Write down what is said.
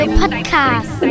podcast